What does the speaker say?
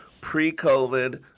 pre-COVID